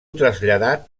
traslladat